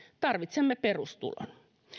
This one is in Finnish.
tarvitsemme perustulon